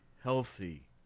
healthy